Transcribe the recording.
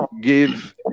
give